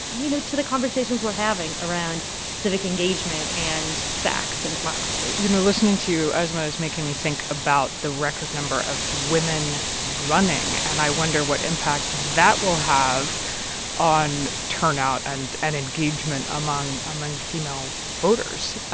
you know, to the conversations we're having around civic engagement and facts and democracy you know, listening to asma, is making me think about the record number of women running. and i wonder what impact that will have on turnout and and engagement among among female voters